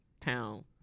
town